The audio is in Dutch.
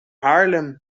haarlem